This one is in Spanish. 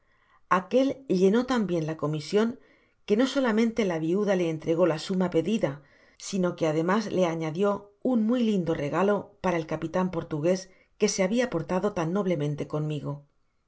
aquel llenó tan bien la comision que no solamente la viuda le entregó la suma pedida sino que ademas le añadio un muy lindo regalo para el capitan portugués que se habia portado tan noblemente conmigo